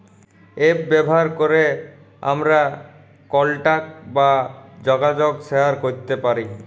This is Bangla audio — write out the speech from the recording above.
এপ ব্যাভার ক্যরে আমরা কলটাক বা জ্যগাজগ শেয়ার ক্যরতে পারি